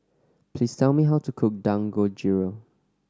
please tell me how to cook Dangojiru